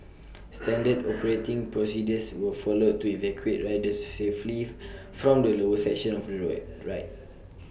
standard operating procedures were followed to evacuate riders safely from the lower section of the ride